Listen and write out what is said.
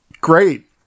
great